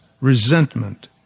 resentment